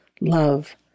Love